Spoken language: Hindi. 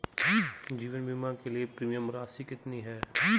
जीवन बीमा के लिए प्रीमियम की राशि कितनी है?